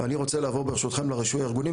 אני רוצה לעבור ברשותכם לרישוי הארגוני.